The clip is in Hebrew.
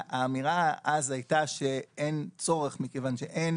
האמירה אז הייתה שאין צורך מכיוון שאין